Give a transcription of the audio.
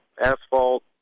asphalt